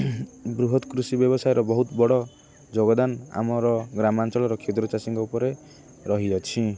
ବୃହତ୍ କୃଷି ବ୍ୟବସାୟର ବହୁତ ବଡ଼ ଯୋଗଦାନ ଆମର ଗ୍ରାମାଞ୍ଚଳର କ୍ଷୁଦ୍ର ଚାଷୀଙ୍କ ଉପରେ ରହିଅଛି